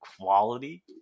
quality